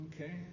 Okay